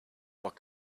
what